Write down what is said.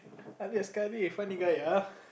funny guy ah